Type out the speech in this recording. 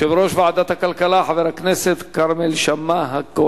יושב-ראש ועדת הכלכלה, חבר הכנסת כרמל שאמה-הכהן.